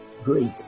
Great